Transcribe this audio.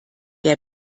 der